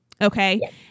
okay